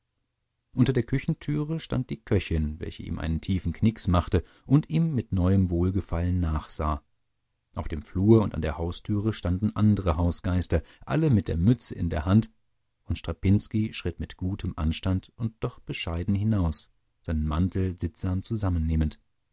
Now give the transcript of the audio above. unter der küchentüre stand die köchin welche ihm einen tiefen knicks machte und ihm mit neuem wohlgefallen nachsah auf dem flur und an der haustüre standen andere hausgeister alle mit der mütze in der hand und strapinski schritt mit gutem anstand und doch bescheiden hinaus seinen mantel sittsam zusammennehmend